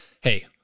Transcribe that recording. hey